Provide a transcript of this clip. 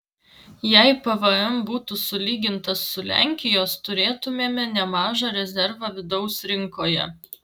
jei pvm būtų sulygintas su lenkijos turėtumėme nemažą rezervą vidaus rinkoje